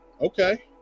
okay